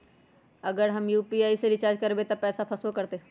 अगर हम यू.पी.आई से रिचार्ज करबै त पैसा फसबो करतई?